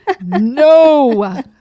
no